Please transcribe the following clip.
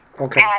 Okay